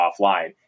offline